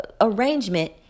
arrangement